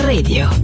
Radio